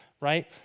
Right